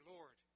Lord